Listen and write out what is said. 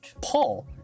Paul